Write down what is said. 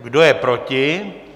Kdo je proti?